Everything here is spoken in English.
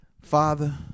Father